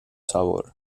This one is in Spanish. sabor